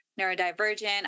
neurodivergent